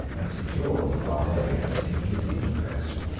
and secured the barbarians in his interest.